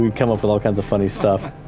um come up with all kinds of funny stuff.